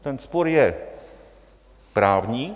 Ten spor je právní.